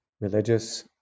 religious